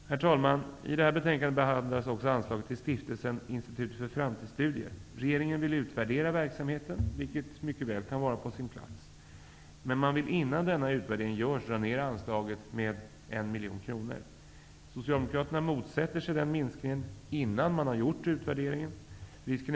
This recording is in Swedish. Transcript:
Herr talman! I det här betänkandet behandlas också anslaget till Stiftelsen Institutet för framtidsstudier. Regeringen vill utvärdera verksamheten, vilket mycket väl kan vara på sin plats, men man vill innan denna utvärdering görs dra ner anslaget med 1 miljon kronor. Socialdemokraterna motsätter sig att anslaget minskas innan utvärderingen är gjord.